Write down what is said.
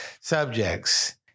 subjects